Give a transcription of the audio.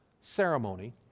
ceremony